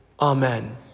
Amen